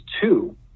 two